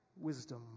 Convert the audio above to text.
wisdom